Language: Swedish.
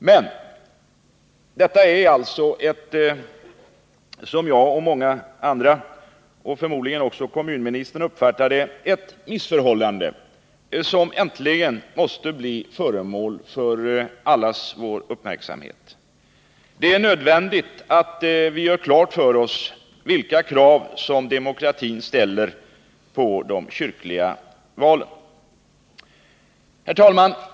Men detta är alltså ett — som jag, många andra och förmodligen också kommunministern uppfattar det — missförhållande som äntligen måste bli föremål för allas vår uppmärksamhet. Det är nödvändigt att vi gör klart för oss vilka krav demokratin ställer på de kyrkliga valen. Herr talman!